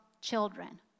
children